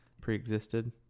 pre-existed